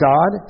God